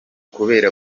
kubera